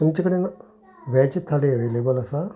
तुमचे कडेन veg thali available आसा